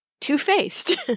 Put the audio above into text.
two-faced